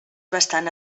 bastant